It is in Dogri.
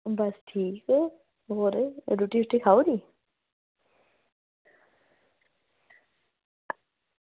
बस ठीक होर रुट्टी छुट्टी खाई ओड़ी